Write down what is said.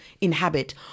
inhabit